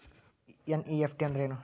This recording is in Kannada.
ಎನ್.ಇ.ಎಫ್.ಟಿ ಅಂದ್ರೆನು?